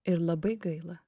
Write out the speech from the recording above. ir labai gaila